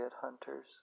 hunters